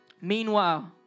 Meanwhile